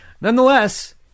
Nonetheless